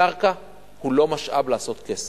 הקרקע היא לא משאב לעשות כסף.